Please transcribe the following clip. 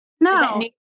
No